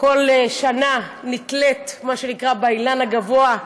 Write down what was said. כל שנה נתלית, מה שנקרא, באילן הגבוה,